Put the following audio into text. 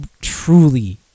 truly